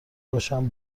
باشم